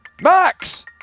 Max